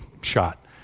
shot